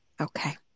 Okay